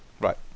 Right